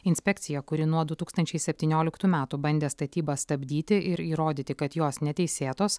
inspekcija kuri nuo du tūkstančiai septynioliktų metų bandė statybas stabdyti ir įrodyti kad jos neteisėtos